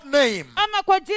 name